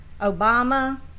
Obama